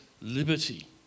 liberty